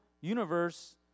universe